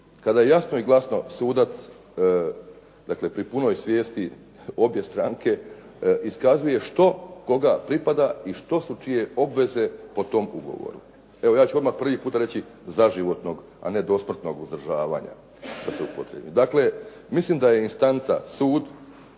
Kada jasno i glasno sudac, dakle, pri punoj svijesti obje stranke prikazuje što koga pripada i što su čije obveze po tom ugovoru. Evo ja ću odmah prvi puta reći zaživotnog a ne dosmrtnog uzdržavanja, da se upotrijebi. Dakle, mislim da je instanca sud,